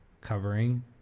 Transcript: covering